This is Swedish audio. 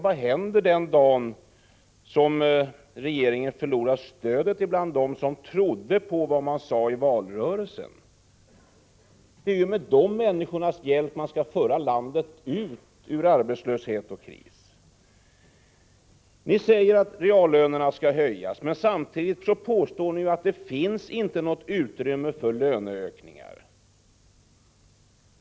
Vad händer den dag då regeringen förlorat stödet bland dem som trodde på det man sade i valrörelsen? Det är med dessa människors hjälp man skall föra landet ut ur arbetslöshet och kris. Ni säger att reallönerna skall höjas, men samtidigt påstår ni att det inte finns något utrymme för löneökningar.